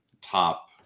top